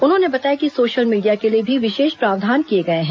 उन्होंने बताया कि सोशल मीडिया के लिए भी विशेष प्रावधान किए गए हैं